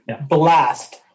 blast